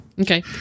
Okay